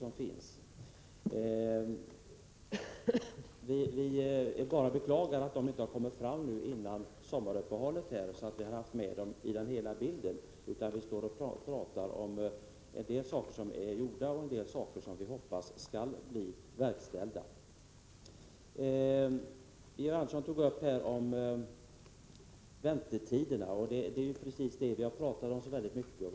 Vi beklagar bara att detta material inte kommit fram före sommaruppehållet, så att vi kunnat ha det med i bilden — vi står nu och pratar om del saker som är gjorda och om en del saker som vi hoppas skall bli verkställda. Georg Andersson tog upp frågan om väntetiderna. Just det pratar vi mycket om.